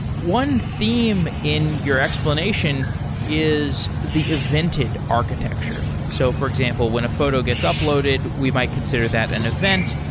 one theme in your explanation is the evented architecture. so, for example, when a photo gets uploaded, we might consider that an event.